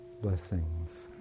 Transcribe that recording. Blessings